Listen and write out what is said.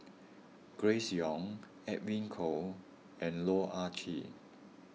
Grace Young Edwin Koek and Loh Ah Chee